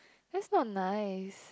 that's not nice